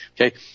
Okay